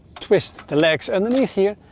twist the legs underneath here.